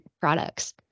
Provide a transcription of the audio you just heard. products